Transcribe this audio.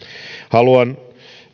haluan